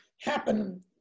happen